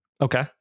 Okay